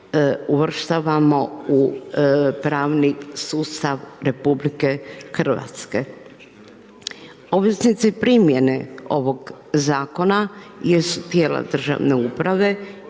uvrštavamo u pravni sustav RH. Obveznici primjene ovog zakona jesu tijela državne uprave